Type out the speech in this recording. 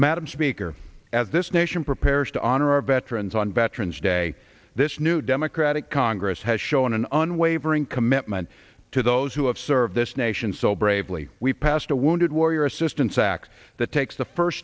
madam speaker as this nation prepares to honor our veterans on veterans day this new democratic congress has shown an unwavering commitment to those who have served this nation so bravely we passed a wounded warrior assistance act that takes the first